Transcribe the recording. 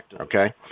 Okay